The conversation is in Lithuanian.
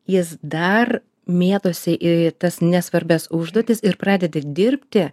jis dar mėtosi į tas nesvarbias užduotis ir pradedi dirbti